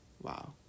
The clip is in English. Wow